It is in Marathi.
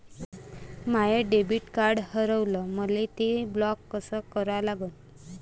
माय डेबिट कार्ड हारवलं, मले ते ब्लॉक कस करा लागन?